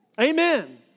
Amen